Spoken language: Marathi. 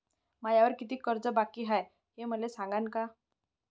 मायावर कितीक कर्ज बाकी हाय, हे मले सांगान का?